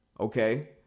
Okay